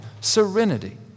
serenity